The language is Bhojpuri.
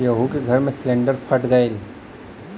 केहु के घर मे सिलिन्डर फट गयल